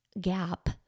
gap